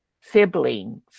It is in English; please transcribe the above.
siblings